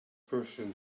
person